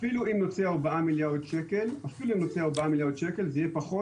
אפילו אם נוציא ארבעה מיליארד שקל זה יהיה פחות